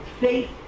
faith